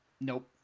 Nope